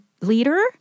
leader